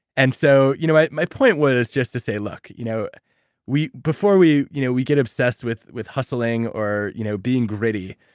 and so, you know my my point was just to say, look you know before we you know we get obsessed with with hustling or you know being greedy,